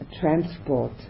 transport